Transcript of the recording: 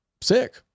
sick